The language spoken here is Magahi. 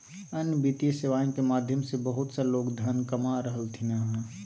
अन्य वित्तीय सेवाएं के माध्यम से बहुत सा लोग धन कमा रहलथिन हें